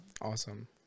awesome